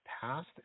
past